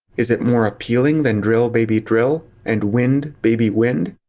is it more appealing than drill-baby-drill? and wind-baby-wind?